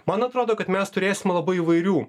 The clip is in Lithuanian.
man atrodo kad mes turėsim labai įvairių